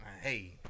Hey